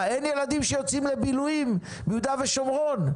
מה, אין ילדים שיוצאים לבילויים ביהודה ושומרון?